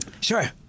Sure